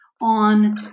on